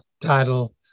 title